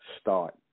start